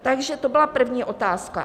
Takže to byla první otázka.